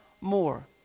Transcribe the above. more